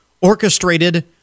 orchestrated